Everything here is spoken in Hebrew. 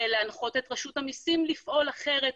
אולי צריך להנחות את רשות המסים לפעול אחרת?